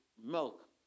Milk